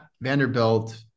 Vanderbilt